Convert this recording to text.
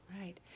Right